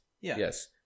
Yes